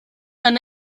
eine